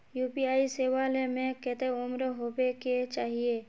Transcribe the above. UPI सेवा ले में कते उम्र होबे के चाहिए?